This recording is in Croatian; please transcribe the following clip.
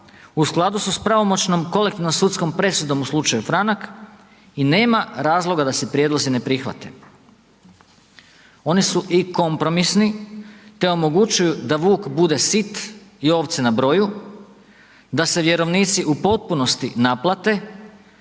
u skladu su s pravomoćnom kolektivnom sudskom presudom u slučaju Franak i nema razloga da se prijedlozi ne prihvate. Oni su i kompromisni, te omogućuju da vuk bude sit i ovce na broju, da se vjerovnici u potpunosti naplate,